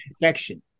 infection